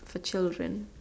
for children